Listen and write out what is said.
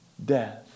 Death